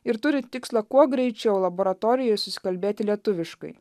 ir turi tikslą kuo greičiau laboratorijoj susikalbėti lietuviškai